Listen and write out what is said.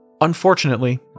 Unfortunately